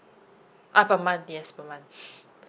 ah per month yes per month